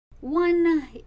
one